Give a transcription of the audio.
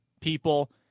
people